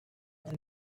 and